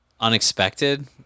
unexpected